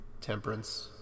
Temperance